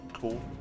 cool